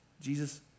Jesus